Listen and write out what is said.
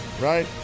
right